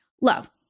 Love